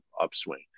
upswing